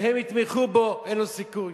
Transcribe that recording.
והם יתמכו בו, אין לו סיכוי.